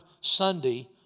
Sunday